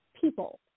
people